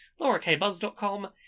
LauraKbuzz.com